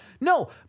No